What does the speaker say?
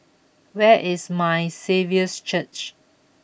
where is My Saviour's Church